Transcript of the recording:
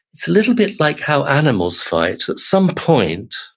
it's a little bit like how animals fight. at some point,